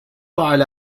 على